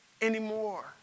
anymore